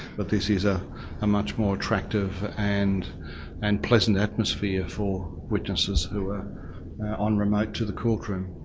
but this is a ah much more attractive and and pleasant atmosphere for witnesses who are on remote to the court room.